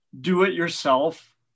do-it-yourself